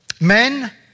Men